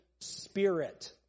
Spirit